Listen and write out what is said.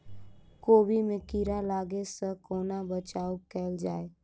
कोबी मे कीड़ा लागै सअ कोना बचाऊ कैल जाएँ?